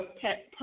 pet